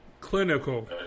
clinical